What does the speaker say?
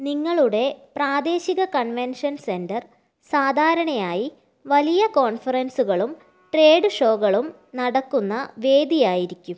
നിങ്ങളുടെ പ്രാദേശിക convention centre സാധാരണയായി വലിയ കോൺഫറൻസുകളും ട്രേഡ് ഷോകളും നടക്കുന്ന വേദിയായിരിക്കും